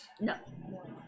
No